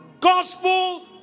gospel